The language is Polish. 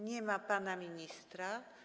Nie ma pana ministra.